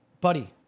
buddy